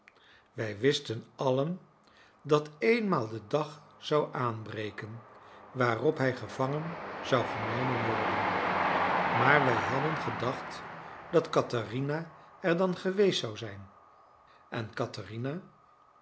wij wisten allen dat eenmaal de dag zou aanbreken waarop hij gevangen zou genomen worden maar wij hadden gedacht dat katherina er dan geweest zou zijn en katherina